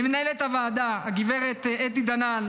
למנהלת הוועדה הגברת אתי דנן,